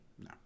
No